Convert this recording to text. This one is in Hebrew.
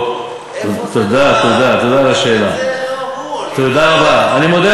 את זה לא הוא הוליד.